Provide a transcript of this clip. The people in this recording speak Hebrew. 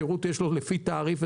בתוספת השלוש-עשרה לסעיפים ספציפיים.